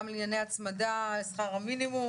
גם לענייני הצמדה לשכר המינימום,